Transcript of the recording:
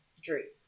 drinks